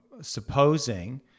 supposing